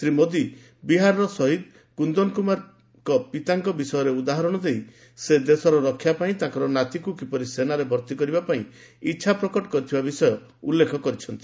ଶ୍ରୀ ମୋଦୀ ବିହାରର ଶହୀଦ କୁନ୍ଦନ କୁମାରଙ୍କ ପିତାଙ୍କ ବିଷୟରେ ଉଦାହରଣ ଦେଇ ସେ ଦେଶର ରକ୍ଷା ପାଇଁ ତାଙ୍କର ନାତିକୁ କିପରି ସେନାରେ ଭର୍ତ୍ତି କରିବା ପାଇଁ ଇଚ୍ଛା ପ୍ରକଟ କରିଥିବା ବିଷୟ ଉଲ୍ଲେଖ କରିଛନ୍ତି